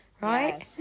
right